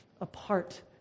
apart